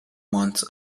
months